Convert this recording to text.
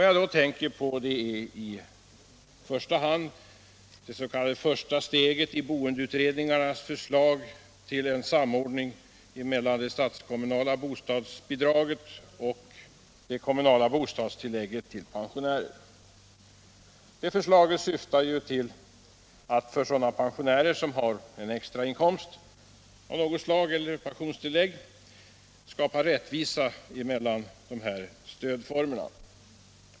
Jag tänker då främst på det s.k. första steget i boutredningarnas förslag till samordning mellan det statskommunala bostadsbidraget och det kommunala bostadstillägget till pensionärer. Förslaget syftar till att skapa rättvisa mellan pensionärer med extra inkomst eller pensionstillägg och andra pensionärer.